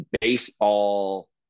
baseball